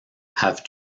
have